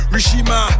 Rishima